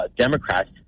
Democrats